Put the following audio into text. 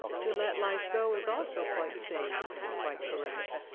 to let life go is also quite sane and quite correct.